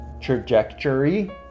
trajectory